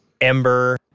Ember